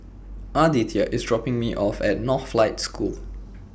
Aditya IS dropping Me off At Northlight School